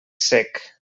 cec